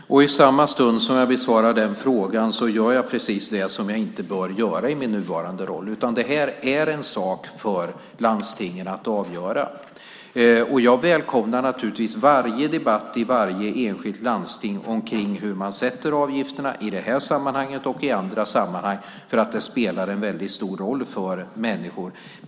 Fru talman! I samma stund som jag besvarar den frågan gör jag precis det som jag inte bör göra i min nuvarande roll. Det här är en sak för landstingen att avgöra. Jag välkomnar naturligtvis varje debatt i varje enskilt landsting om hur man sätter avgifterna i det här sammanhanget och i andra sammanhang, för det spelar en mycket stor roll för människor.